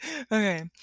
Okay